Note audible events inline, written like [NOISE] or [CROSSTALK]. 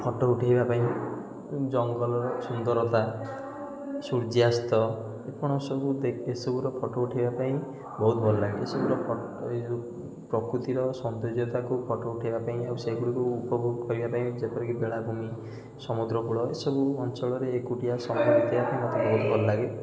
photo ଉଠାଇବା ପାଇଁ ଉଁ ଜଙ୍ଗଲର ସୁନ୍ଦରତା ସୂର୍ଯ୍ୟାସ୍ତ ଏସବୁର ଫଟୋ ଉଠାଇବା ପାଇଁ ବହୁତ ଭଲ ଲାଗେ ଏସବୁ ପ୍ରକୃତିର ସୌନ୍ଦର୍ଯ୍ୟତାକୁ ଫଟୋ ଉଠେଇବା ପାଇଁ ଓ ସେଗୁଡ଼ିକୁ ଉପଭୋଗ କରିବା ପାଇଁ ଯେପରିକି ବେଳାଭୂମି ସମୁଦ୍ରକୂଳ ଏସବୁ ଅଞ୍ଚଳରେ ଏକୁଟିଆ [UNINTELLIGIBLE] ମୋତେ ବହୁତ ଭଲଲାଗେ